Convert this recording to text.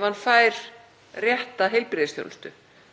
ef hann fær rétta heilbrigðisþjónustu,